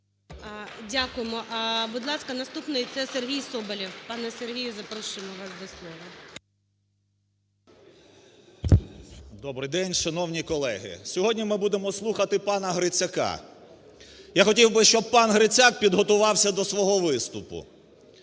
Дякуємо. Будь ласка, наступний – це Сергій Соболєв. Пане Сергію, запрошуємо вас до слова. 10:28:47 СОБОЛЄВ С.В. Добрий день, шановні колеги! Сьогодні ми будемо слухати пана Грицака. Я хотів би, щоб пан Грицак підготувався до свого виступу,